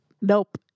nope